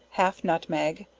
half nutmeg,